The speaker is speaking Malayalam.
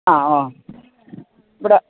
ആ ആ ഇവിടെ